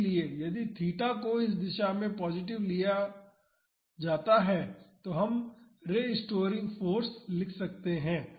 इसलिए यदि थीटा को इस दिशा में पॉजिटिव लिया जाता है तो हम रेस्टोरिंग फाॅर्स लिख सकते हैं